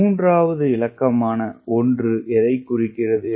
மூன்றாவது இலக்க 1 எதைக் குறிக்கிறது